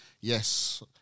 Yes